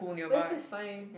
West is fine